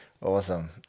Awesome